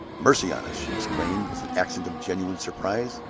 mercy on us! she exclaimed, with an accent of genuine surprise.